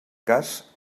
cas